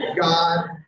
God